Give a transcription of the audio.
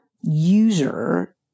user